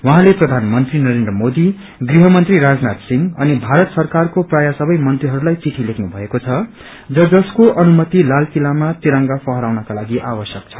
उहाँले प्रधानमन्त्री नरेन्द्र मोदी गृहमन्त्री राजनाथ सिंह अनि भारत सरकारको प्रायः सबै मन्त्रीहरूलाई चिह्नी लेख्नु भएको छ जसको अनुमति लाल किल्लामा तिरंगा फहराउनको लागि आवश्यक छ